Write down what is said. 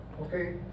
Okay